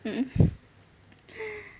mm